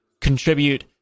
contribute